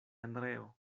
andreo